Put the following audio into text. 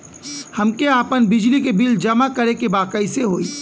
हमके आपन बिजली के बिल जमा करे के बा कैसे होई?